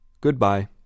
Goodbye